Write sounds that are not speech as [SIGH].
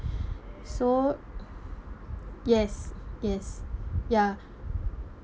[BREATH] so yes yes ya